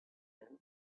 done